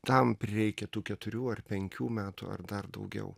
tam prireikia tų keturių ar penkių metų ar dar daugiau